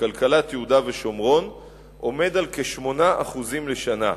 כלכלת יהודה ושומרון עומד על כ-8% לשנה.